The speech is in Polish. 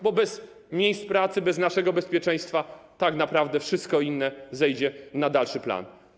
Bez miejsc pracy, bez naszego bezpieczeństwa tak naprawdę wszystko inne zejdzie na dalszy plan.